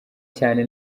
cyane